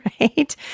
Right